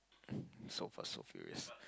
so fast so furious